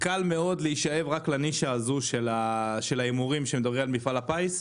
קל מאוד להישאב לנישה הזו של ההימורים כשמדברים על מפעל הפיס,